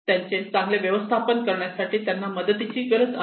त्याचे चांगले व्यवस्थापन करण्यासाठी त्यांना मदतीची गरज आहे